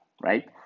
Right